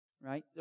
Right